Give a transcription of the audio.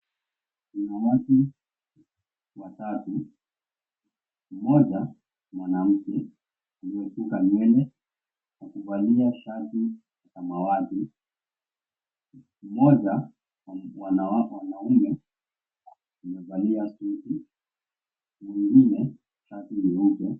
Kuna watu watatu mmoja mwanamke amesuka nywele na kuvalia shati samawati mmoja ni mwanaume amevalia suti mwengine shati nyeupe.